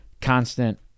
constant